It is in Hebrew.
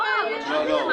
מה הבעיה?